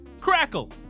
Crackle